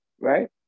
right